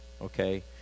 okay